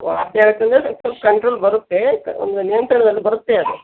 ವಾಸಿ ಆಗುತ್ತಂದ್ರೆ ಸ್ವಲ್ಪ ಕಂಟ್ರೋಲ್ಗೆ ಬರುತ್ತೆ ಒಂದು ನಿಯಂತ್ರಣದಲ್ಲಿ ಬರುತ್ತೆ ಅದು